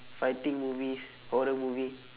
fighting movies horror movie